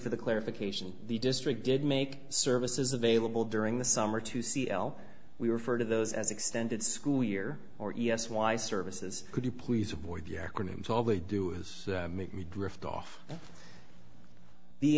for the clarification the district did make services available during the summer to see l we refer to those as extended school year or why services could you please avoid the acronyms all they do is make me drift